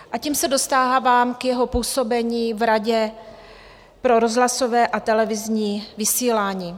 A tím se dostávám k jeho působení v Radě pro rozhlasové a televizní vysílání.